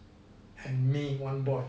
and me one boy